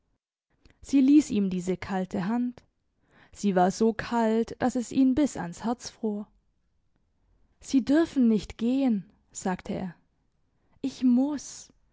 sie liess ihm diese kalte hand sie war so kalt dass es ihn bis ans herz fror sie dürfen nicht gehen sagte er ich muss